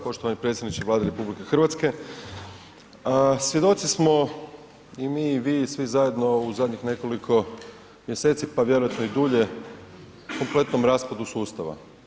Poštovani predsjedniče Vlade RH svjedoci smo i mi i vi i svi zajedno u zadnjih nekoliko mjeseci pa vjerojatno i dulje kompletnom raspadu sustava.